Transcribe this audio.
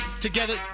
together